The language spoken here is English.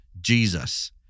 Jesus